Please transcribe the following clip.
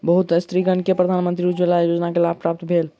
बहुत स्त्रीगण के प्रधानमंत्री उज्ज्वला योजना के लाभ प्राप्त भेल